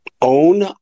own